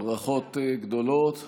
תודה רבה וברכות גדולות.